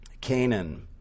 Canaan